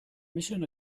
mission